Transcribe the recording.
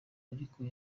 ariko